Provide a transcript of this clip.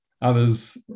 Others